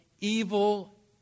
evil